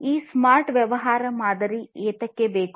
ನಮಗೆ ಈ ಸ್ಮಾರ್ಟ್ ವ್ಯವಹಾರ ಮಾದರಿ ಏಕೆ ಬೇಕು